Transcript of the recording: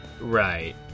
right